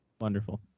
wonderful